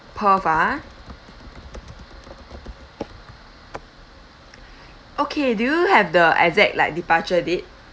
perth ah okay do you have the exact like departure date